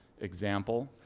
example